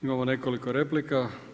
Imamo nekoliko replika.